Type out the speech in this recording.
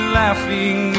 laughing